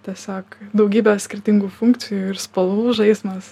tiesiog daugybės skirtingų funkcijų ir spalvų žaismas